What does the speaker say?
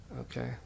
okay